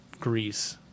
Greece